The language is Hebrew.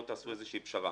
בואו תעשו איזה שהיא פשרה,